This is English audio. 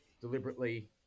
deliberately